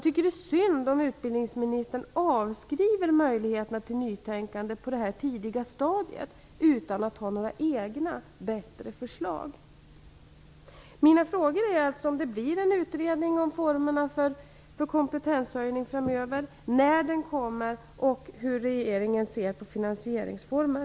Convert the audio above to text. Det är synd om utbildningsministern avskriver möjligheterna till nytänkande på detta tidiga stadium, utan att han har några egna bättre förslag. Mina frågor är: Blir det någon utredning om formerna för kompetenshöjning framöver? När kommer den i så fall? Hur ser regeringen på finansieringsformen?